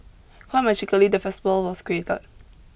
quite magically the festival was created